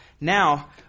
Now